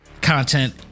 content